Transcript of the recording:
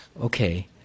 Okay